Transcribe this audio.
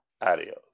Adios